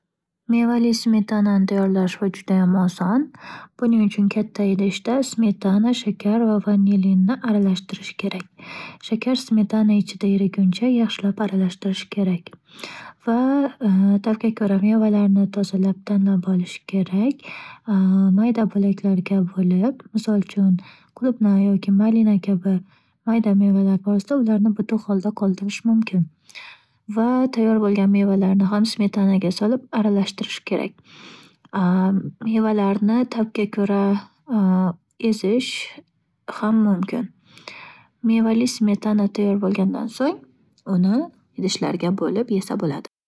Mevali smetanani tayyorlash bu judayam oson. Buning uchun katta idishda smetana, shakar va vanilinni aralashtirish kerak. Shakar smetana ichida eriguncha yaxshilab aralashtirish kerak va tabga ko'ra mevalarni tozalab olish kerak. Mayda bo'laklarga bo'lib, misol uchun, qulupnay yoki malina kabi mayda mevalar orasida ularni butub holda qoldirish mumkin va tayyor bo'lgan mevalarni ham smetanaga solib aralashtirish kerak. Mevalarni tabga ko'ra ezish ham mumkin. Mevali smetana tayyor bo'lgandan so'ng uni idishlarga bo'lib yesa bo'ladi.